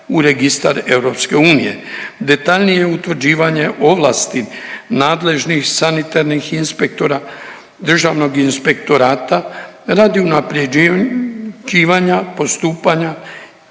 u Registar EU, detaljnije utvrđivanje ovlasti nadležnih sanitarnih inspektora Državnog inspektorata radi unapređivanja postupanja